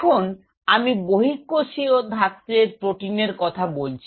এখন আমি বহিঃকোষীয় ধত্রের প্রোটিনের কথা বলছি